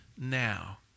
now